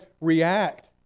react